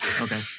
Okay